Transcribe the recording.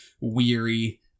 weary